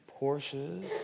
Porsches